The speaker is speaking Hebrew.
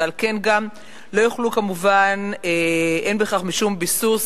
ועל כן אין בכך משום ביסוס